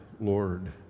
Lord